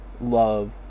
love